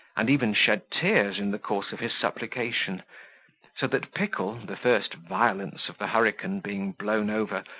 and even shed tears in the course of his supplication so that pickle, the first violence of the hurricane being blown over,